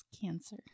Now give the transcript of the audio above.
cancer